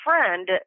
friend